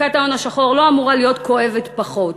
מכת ההון השחור לא אמורה להיות כואבת פחות,